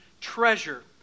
treasure